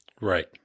Right